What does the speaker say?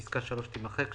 פסקה (3) תימחק,